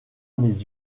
mes